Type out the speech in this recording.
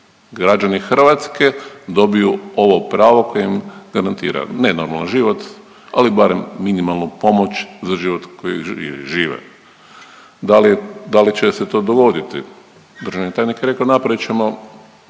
građani Hrvatske dobiju ovo pravo kojim garantira, ne normalan život, ali barem minimalnu pomoć za život koji žive. Da li je, da li će se to dovoditi, državni tajnik je rekao, napravit ćemo